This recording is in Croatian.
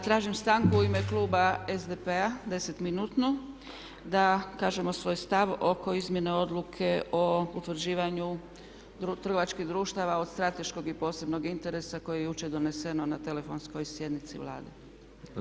Tražim stanku u ime kluba SDP-a 10 minutnu da kažemo svoj stav oko izmjene odluke o utvrđivanju trgovačkih društava od strateškog i posebnog interesa koje je jučer doneseno na telefonskoj sjednici Vlade.